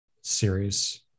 series